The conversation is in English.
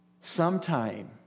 sometime